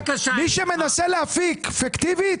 מי שמנסה להפיק פיקטיבית,